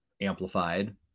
amplified